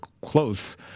close